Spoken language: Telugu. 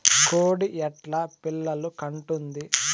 కోడి ఎట్లా పిల్లలు కంటుంది?